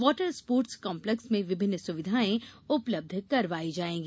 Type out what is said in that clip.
water sports complex में विभिन्न सुविघाएँ उपलब्य करवाई जाएगी